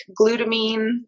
glutamine